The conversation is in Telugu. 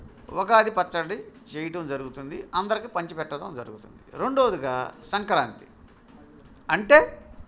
ఉగాది పచ్చడి చెయ్యడం జరుగుతుంది అందరికీ పంచిపెట్టడం జరుగుతుంది రెండవదిగా సంక్రాంతి అంటే